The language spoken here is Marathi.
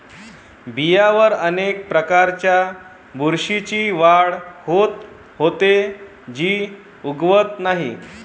बियांवर अनेक प्रकारच्या बुरशीची वाढ होते, जी उगवत नाही